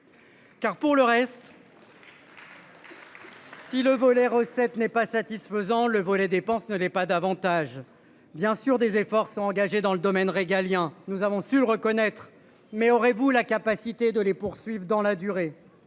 Car pour le reste. Si le volet recettes n'est pas satisfaisant, le volet dépenses ne l'est pas davantage. Bien sûr, des efforts sont engagés dans le domaine régalien. Nous avons su le reconnaître mais aurez-vous la capacité de les poursuivre dans la durée.